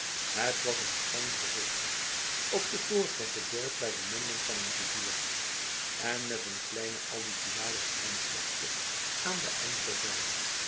het was een schoon gezicht op de voorgrond het dorp bij de monding van een riviertje en met een kleine alluviale strandvlakte aan de andere zijde